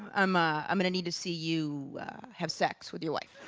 um ah i'm going to need to see you have sex with your wife.